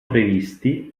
previsti